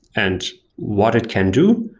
and what it can do?